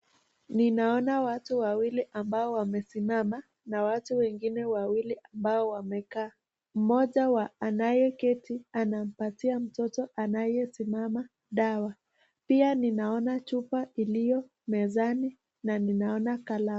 Ninaona watu wawili ambao wamesimama na watu wengine wawili ambao wamekaa, mmoja wa anayeketi napatia mtoto anayesimama dawa, pia ninaona chupa iliyo mezani na ninaona kalamu.